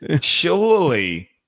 surely